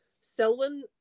Selwyn